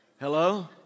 Hello